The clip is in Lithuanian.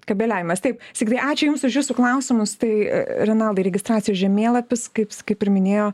kabeliavimas taip sigitai ačiū jums už jūsų klausimus tai renaldai registracijos žemėlapis kaips kaip ir minėjo